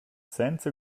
senza